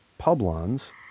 Publons